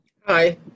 Hi